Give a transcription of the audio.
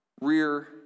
rear